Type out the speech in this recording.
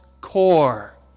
core